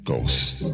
Ghost